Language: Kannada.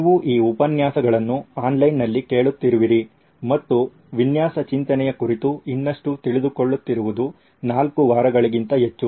ನೀವು ಈ ಉಪನ್ಯಾಸಗಳನ್ನು ಆನ್ಲೈನ್ನಲ್ಲಿ ಕೇಳುತ್ತಿರುವಿರಿ ಮತ್ತು ವಿನ್ಯಾಸ ಚಿಂತನೆಯ ಕುರಿತು ಇನ್ನಷ್ಟು ತಿಳಿದುಕೊಳ್ಳುತ್ತಿರುವುದು 4 ವಾರಗಳಿಗಿಂತ ಹೆಚ್ಚು